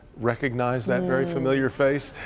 recognize that very familiar face?